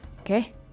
Okay